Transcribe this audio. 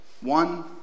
One